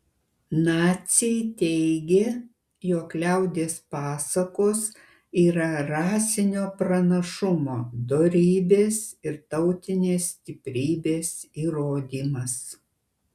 naciai teigė jog liaudies pasakos yra rasinio pranašumo dorybės ir tautinės stiprybės įrodymas